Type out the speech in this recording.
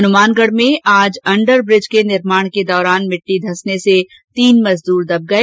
हनुमानगढ़ में आज अंडरब्रिज के निर्माण के दौरान मिट्टी धंसने से तीन मजदूर दब गए